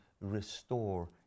restore